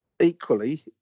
Equally